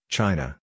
China